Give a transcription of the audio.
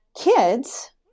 kids